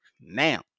now